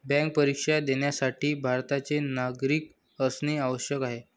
bank परीक्षा देण्यासाठी भारताचे नागरिक असणे आवश्यक आहे